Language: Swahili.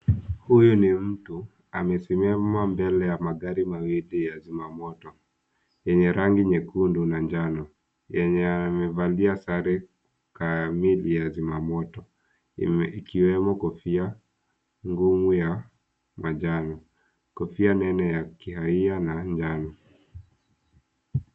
Huyu ni mtu amesimama mbele ya magari mawili ya zimamoto yenye rangi nyekundu na njano, yenye amevalia sare kamili ya zimamoto ikiwemo kofia ngumu ya majani, kofia nene kiaria na njano.